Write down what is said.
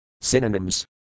Synonyms